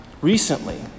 recently